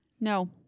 No